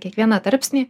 kiekvieną tarpsnį